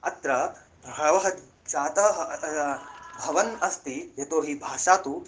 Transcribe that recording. अत्र बहवः जातः भवन् अस्ति यतो हि भाषा तु